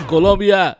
Colombia